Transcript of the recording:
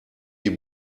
die